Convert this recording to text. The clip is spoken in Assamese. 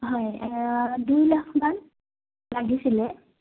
হয় দুই লাখমান লাগিছিলে